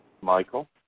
Michael